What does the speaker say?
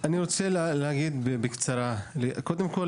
אני רוצה להגיד בקצרה שאנחנו,